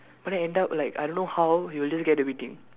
but then end up like I don't know how he will just get everything